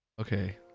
okay